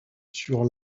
sur